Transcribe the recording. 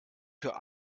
für